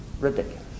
Ridiculous